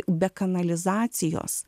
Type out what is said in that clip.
be kanalizacijos